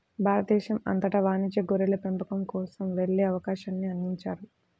భారతదేశం అంతటా వాణిజ్య గొర్రెల పెంపకం కోసం వెళ్ళే అవకాశాన్ని అందించారు